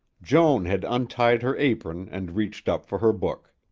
joan had untied her apron and reached up for her book.